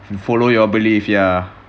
follow your belief ya